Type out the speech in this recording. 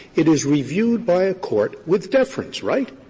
it is reviewed by a court with deference, right?